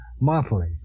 monthly